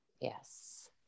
Yes